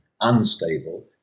unstable